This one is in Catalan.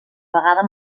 vegada